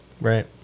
Right